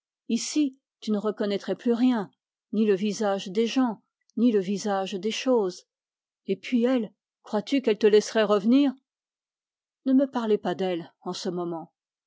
ici tu ne reconnaîtrais plus rien ni le visage des gens ni le visage des choses et puis elle crois-tu qu'elle te laisserait revenir ne me parlez pas d'elle en ce moment